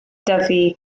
dyfu